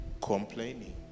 complaining